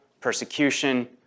persecution